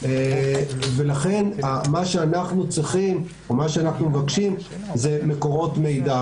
ולכן מה שאנחנו צריכים ומה שאנחנו מבקשים זה מקורות מידע,